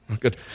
Good